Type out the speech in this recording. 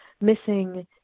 missing